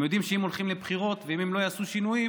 הם יודעים שאם הולכים לבחירות ואם הם לא יעשו שינויים